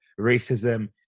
racism